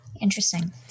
Interesting